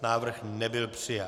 Návrh nebyl přijat.